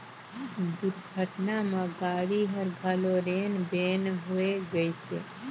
दुरघटना म गाड़ी हर घलो रेन बेर होए गइसे